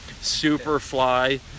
Superfly